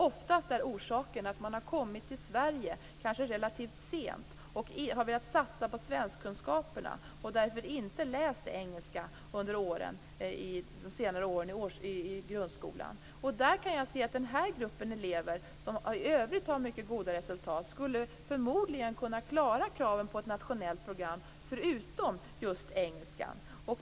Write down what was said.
Orsaken är oftast att man har kommit till Sverige relativt sent och har velat satsa på svenskkunskaperna. Därför har man inte läst engelska under de senare åren i grundskolan. Den här gruppen elever, som i övrigt har mycket goda resultat, skulle förmodligen kunna klara kraven på ett nationellt program förutom just när det gäller engelskan.